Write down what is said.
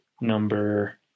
number